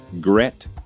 Gret